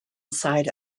side